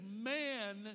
man